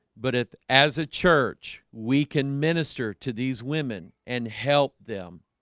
but if as a church, we can minister to these women and help them